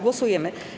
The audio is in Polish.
Głosujemy.